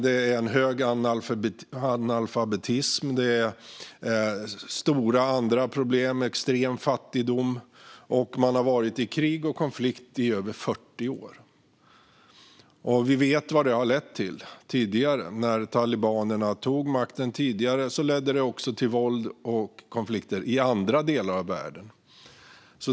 Det är en hög grad av analfabetism och stora andra problem som extrem fattigdom. Man har varit i krig och konflikt i över 40 år. Vi vet vad det har lett till. När talibanerna tog makten tidigare ledde det också till våld och konflikter i andra delar av världen.